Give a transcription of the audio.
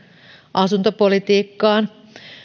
asuntopolitiikkaan